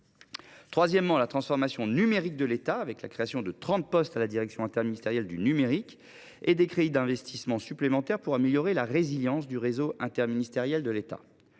troisième priorité, la transformation numérique de l’État, conduit à la création de 30 postes à la direction interministérielle du numérique et à l’octroi de crédits d’investissement supplémentaires pour améliorer la résilience du réseau interministériel de l’État.